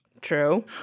True